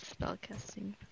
spellcasting